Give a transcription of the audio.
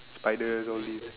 I the zombie